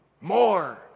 More